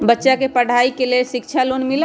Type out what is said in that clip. बच्चा के पढ़ाई के लेर शिक्षा लोन मिलहई?